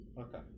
Okay